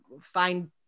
find